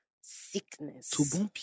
sickness